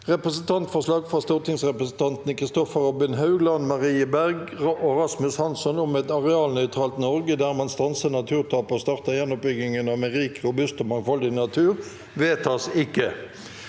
Representantforslag fra stortingsrepresentantene Kristoffer Robin Haug, Lan Marie Nguyen Berg og Rasmus Hansson om et arealnøytralt Norge der man stanser naturtapet og starter gjenoppbyggingen av en rik, robust og mangfoldig natur – vedtas ikke.